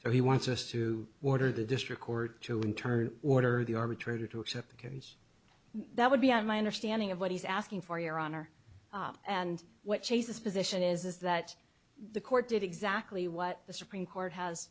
all he wants us to order the district court to in turn order the arbitrator to accept the case that would be on my understanding of what he's asking for your honor and what chase's position is is that the court did exactly what the supreme court has